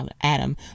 Adam